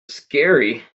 scary